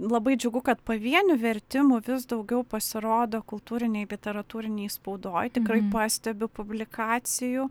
labai džiugu kad pavienių vertimų vis daugiau pasirodo kultūrinėj literatūrinėj spaudoj tikrai pastebiu publikacijų